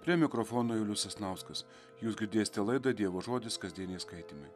prie mikrofono julius sasnauskas jūs girdėsite laidą dievo žodis kasdieniai skaitymai